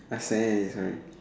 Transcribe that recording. I say already sorry